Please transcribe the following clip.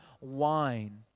wine